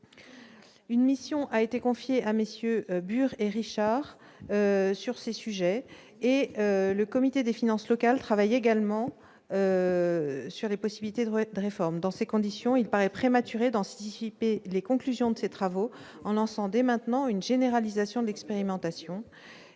Une mission a été confiée à MM. Dominique Bur et Alain Richard sur ces sujets et le Comité des finances locales travaille également sur des pistes de réforme. Il paraît prématuré d'anticiper les conclusions de ces travaux, en lançant dès maintenant une généralisation de l'expérimentation.